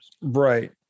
Right